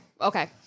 Okay